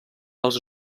els